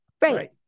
Right